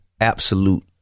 absolute